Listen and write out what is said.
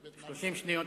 30 שניות.